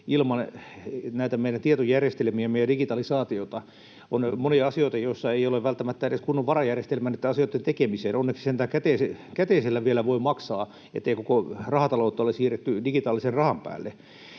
näitä meidän tietojärjestelmiämme ja digitalisaatiota. On monia asioita, joissa ei ole välttämättä edes kunnon varajärjestelmää näitten asioitten tekemiseen. Onneksi sentään käteisellä vielä voi maksaa, ettei koko rahataloutta ole siirretty digitaalisen rahan päälle.